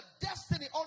destiny